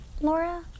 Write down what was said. Laura